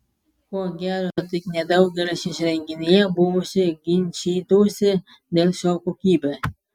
ko gero tik nedaugelis iš renginyje buvusių ginčytųsi dėl šou kokybės